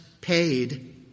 paid